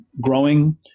growing